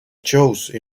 chose